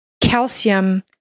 calcium